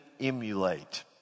emulate